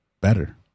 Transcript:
better